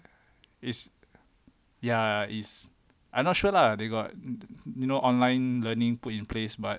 it's ya it's I'm not sure lah they got no online learning put in place but